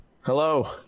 Hello